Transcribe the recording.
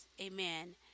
Amen